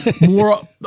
more